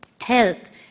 health